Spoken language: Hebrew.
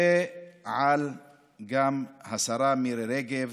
וגם את השרה מירי רגב,